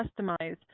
customize